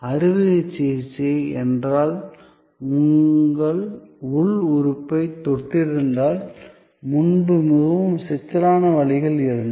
அறுவைசிகிச்சை என்றால் உங்கள் உள் உறுப்பைத் தொட்டிருந்தால் முன்பு மிகவும் சிக்கலான வழிகள் இருந்தன